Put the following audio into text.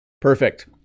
Perfect